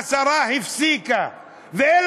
השרה הפסיקה אותם.